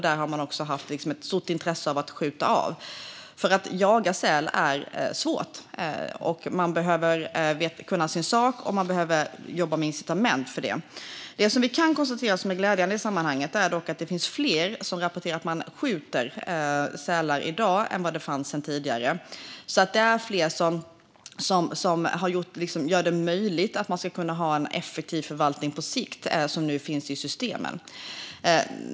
De har också haft ett stort intresse av att skjuta av. Men att jaga säl är svårt. Man behöver kunna sin sak, och det är nödvändigt att jobba med incitament för detta. Det vi dock kan konstatera och som är glädjande i sammanhanget är att fler rapporterar att man skjuter sälar i dag än tidigare. Det är alltså fler som nu finns i systemen och gör det möjligt med en effektiv förvaltning på sikt.